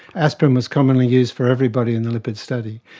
aspirin was commonly used for everybody in the lipid study.